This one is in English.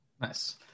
Nice